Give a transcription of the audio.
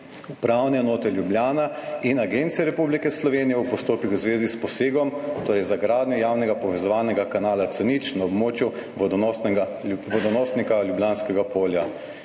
Upravne enote Ljubljana in Agencije Republike Slovenije v postopkih v zvezi s posegom, torej za gradnjo javnega povezovalnega kanala C0 na območju vodonosnega vodonosnika Ljubljanskega polja.